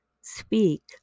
speak